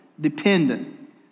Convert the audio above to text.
dependent